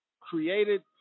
created